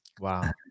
Wow